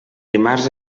dimarts